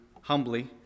humbly